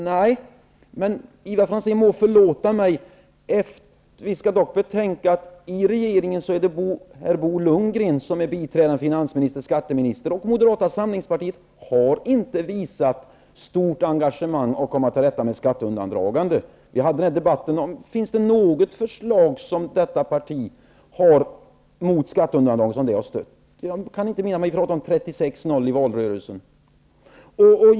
Nej, men vi skall dock betänka att det i regeringen är Bo Lundgren som är biträdande finansminister och skatteminister, och Moderata samlingspartiet har inte visat stort engagemang när det gäller att komma till rätta med skatteundandragande. Finns det något förslag mot skatteundandragande som det partiet har stött?